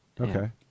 Okay